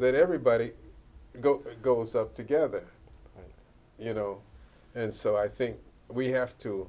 that everybody goes up together you know and so i think we have to